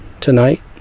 tonight